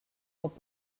pot